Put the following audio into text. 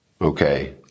okay